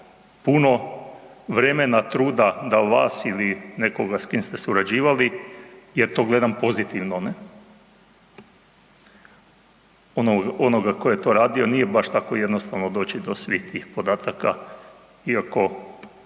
puno vremena, truda da vas ili nekoga s kim ste surađivali, jer to gledam pozitivno, ne, onoga ko je to radio, nije baš tako jednostavno doći do svih tih podataka i oko,